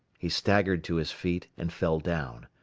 he staggered to his feet and fell down.